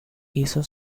hizo